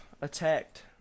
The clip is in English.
attacked